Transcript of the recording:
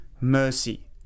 Mercy